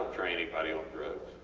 train anybody on drugs.